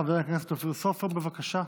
חבר הכנסת אופיר סופר, בבקשה.